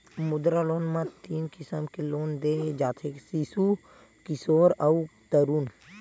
मुद्रा लोन म तीन किसम ले लोन दे जाथे सिसु, किसोर अउ तरून